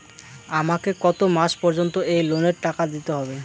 আমাকে কত মাস পর্যন্ত এই লোনের টাকা দিতে হবে?